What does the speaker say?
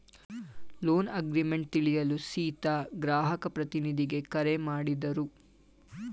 loan agreement ತಿಳಿಯಲು ಸೀತಾ ಗ್ರಾಹಕ ಪ್ರತಿನಿಧಿಗೆ ಕರೆ ಮಾಡಿದರು